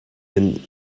den